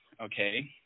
okay